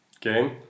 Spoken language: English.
game